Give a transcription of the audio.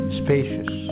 spacious